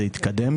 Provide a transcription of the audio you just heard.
זה התקדם.